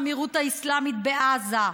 האמירות האסלאמית בעזה?